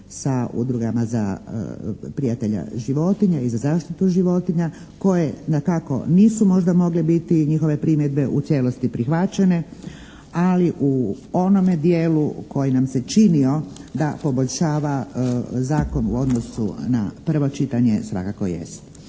sa udrugama prijatelja životinja i za zaštitu životinja koje dakako nisu možda mogle biti njihove primjedbe u cijelosti prihvaćene, ali u onome dijelu koji nam se činio da poboljšava Zakon u odnosu na prvo čitanje svakako jest.